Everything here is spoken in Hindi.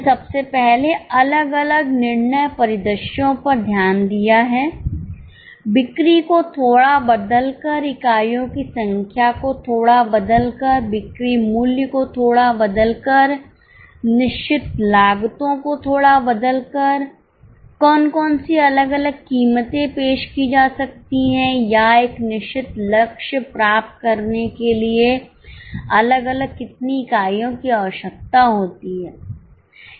सबसे पहले हमने अलग अलग निर्णय परिदृश्यों पर ध्यान दिया है बिक्री को थोड़ा बदलकर इकाइयों की संख्या को थोड़ा बदलकर बिक्री मूल्य को थोड़ा बदलकर निश्चित लागतों को थोड़ा बदलकर कौन कौन सी अलग अलग कीमतें पेश की जा सकती है या एक निश्चित लक्ष्य प्राप्त करने के लिए अलग अलग कितनी इकाइयों की आवश्यकता होती है